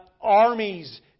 Armies